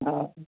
ହଁ